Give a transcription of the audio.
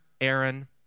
Aaron